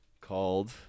called